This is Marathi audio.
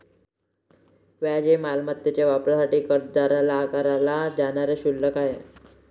व्याज हे मालमत्तेच्या वापरासाठी कर्जदाराला आकारले जाणारे शुल्क आहे